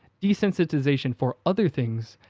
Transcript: desensitization for other things,